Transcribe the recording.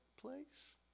place